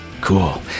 cool